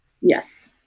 Yes